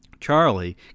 Charlie